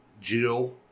Jill